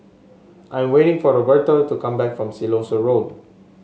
I'm waiting for Roberto to come back from Siloso Road